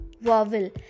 vowel